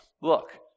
look